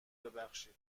ببخشید